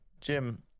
Jim